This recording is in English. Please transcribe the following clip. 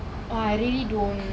friends all